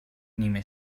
نیمه